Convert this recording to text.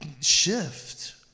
shift